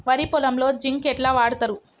వరి పొలంలో జింక్ ఎట్లా వాడుతరు?